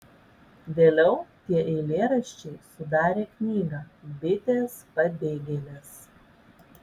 vėliau tie eilėraščiai sudarė knygą bitės pabėgėlės